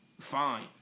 Fine